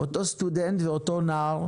אותו סטודנט ואותו נער,